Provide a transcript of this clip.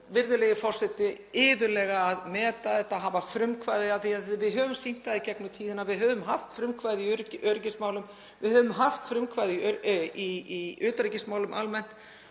virðulegi forseti, iðulega að meta þetta, hafa frumkvæði að því. Við höfum sýnt það í gegnum tíðina að við höfum haft frumkvæði í öryggismálum. Við höfum haft frumkvæði í utanríkismálum almennt,